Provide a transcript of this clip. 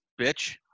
bitch